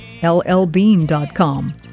LLbean.com